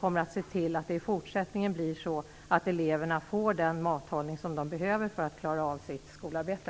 kommer att se till att eleverna även i fortsättningen får den mathållning som de behöver för att klara av sitt skolarbete.